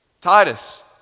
Titus